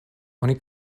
oni